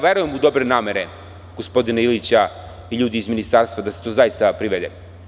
Verujem u dobre namere gospodina Ilića i ljudi iz ministarstva, da se to zaista privede.